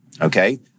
okay